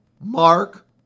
Mark